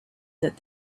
that